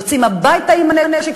יוצאים הביתה עם הנשק.